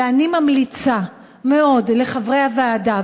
ואני ממליצה מאוד לחברי הוועדה,